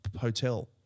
Hotel